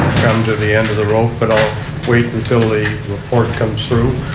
come to the end of the rope. but i'll wait until the report comes through.